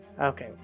Okay